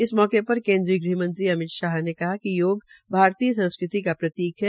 इस मौके केंद्रीय गृह मंत्री अमित शाह ने कहा कि योग भारतीय संस्कृति का प्रतीक है